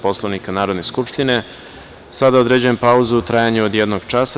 Poslovnika Narodne skupštine, sada određujem pauzu u trajanju od jednog časa.